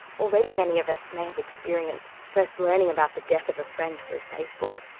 already many of us may have experienced first learning about the death of a friend through facebook,